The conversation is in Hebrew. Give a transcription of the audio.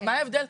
מה ההבדל?